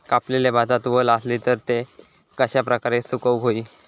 कापलेल्या भातात वल आसली तर ती कश्या प्रकारे सुकौक होई?